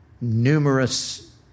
numerous